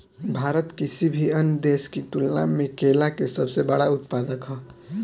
भारत किसी भी अन्य देश की तुलना में केला के सबसे बड़ा उत्पादक ह